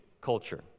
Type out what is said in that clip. culture